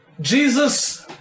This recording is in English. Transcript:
Jesus